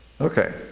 okay